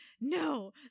No